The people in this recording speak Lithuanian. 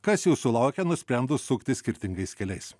kas jūsų laukia nusprendus sukti skirtingais keliais